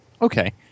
Okay